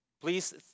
Please